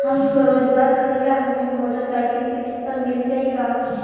हम स्वरोजगार करीला हमके मोटर साईकिल किस्त पर मिल जाई का?